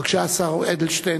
בבקשה, השר אדלשטיין.